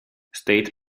state